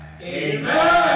amen